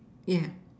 yeah